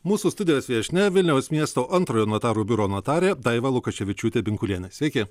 mūsų studijos viešnia vilniaus miesto antrojo notarų biuro notarė daiva lukaševičiūtė binkulienė sveiki